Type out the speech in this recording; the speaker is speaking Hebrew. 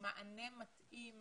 מענה מתאים